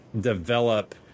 develop